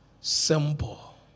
Simple